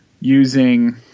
using